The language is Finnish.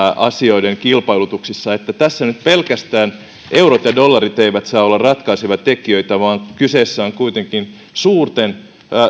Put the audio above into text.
asioiden kilpailutuksissa että tässä nyt pelkästään eurot ja dollarit eivät saa olla ratkaisevia tekijöitä vaan kyseessä on kuitenkin suurten